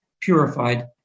purified